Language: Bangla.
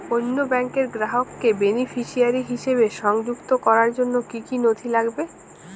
অন্য ব্যাংকের গ্রাহককে বেনিফিসিয়ারি হিসেবে সংযুক্ত করার জন্য কী কী নথি লাগবে?